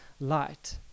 light